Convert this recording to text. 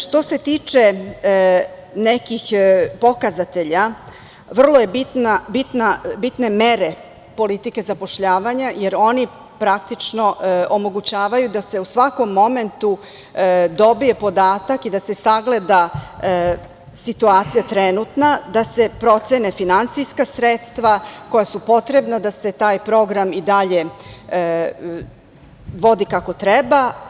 Što se tiče nekih pokazatelja, vrlo su bitne mere politike zapošljavanja, jer oni praktično omogućavaju da se u svakom momentu dobije podatak i da se sagleda situacija trenutna, da se procene finansijska sredstva koja su potrebna da se taj program i dalje vodi kako treba.